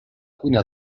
cuina